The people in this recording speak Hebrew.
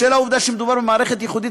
בשל העובדה שמדובר במערכת ייחודית,